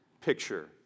picture